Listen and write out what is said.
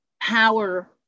power